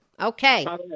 Okay